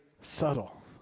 subtle